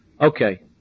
okay